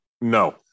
No